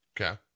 Okay